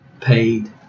paid